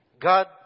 God